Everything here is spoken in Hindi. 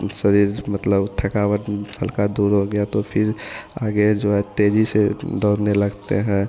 शरीर मतलब थकावट हल्का दूर हो गई तो फ़िर आगे जो है तेज़ी से दौड़ने लगते हैं